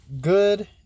good